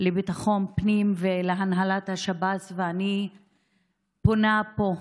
לביטחון הפנים ולהנהלת השב"ס, ואני פונה פה: